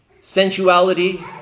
sensuality